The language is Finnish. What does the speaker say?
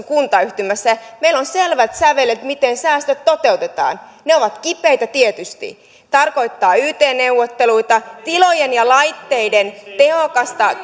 kuntayhtymässä ja meillä on selvät sävelet miten säästöt toteutetaan ne ovat kipeitä tietysti tarkoittavat yt neuvotteluita tilojen ja laitteiden tehokasta